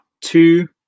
two